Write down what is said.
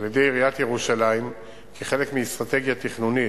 על-ידי עיריית ירושלים כחלק מאסטרטגיה תכנונית,